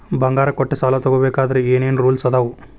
ಬಂಗಾರ ಕೊಟ್ಟ ಸಾಲ ತಗೋಬೇಕಾದ್ರೆ ಏನ್ ಏನ್ ರೂಲ್ಸ್ ಅದಾವು?